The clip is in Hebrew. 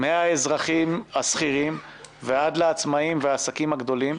מהאזרחים השכירים ועד לעצמאים והעסקים הגדולים,